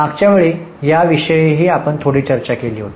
मागच्या वेळी याविषयीही आपण थोडीशी चर्चा केली आहे